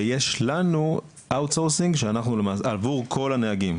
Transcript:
ויש לנו אאוט סורסינג עבור כל הנהגים,